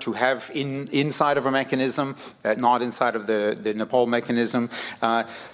to have in inside of a mechanism that not inside of the nepal mechanism